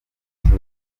izuba